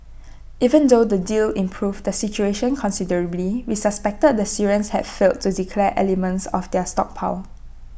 even though the deal improved the situation considerably we suspected the Syrians had failed to declare elements of their stockpile